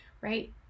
right